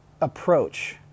approach